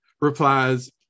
replies